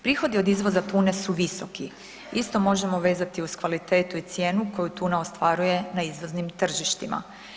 Prihodi od izvoza tune su visoki, isto možemo vezati uz kvalitetu i cijenu koju tuna ostvaruje na izvoznim tržištima.